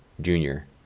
junior